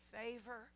favor